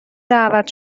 دعوت